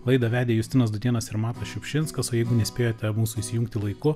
laidą vedė justinas dudėnas ir matas šiupšinskas o jeigu nespėjote mūsų įsijungti laiku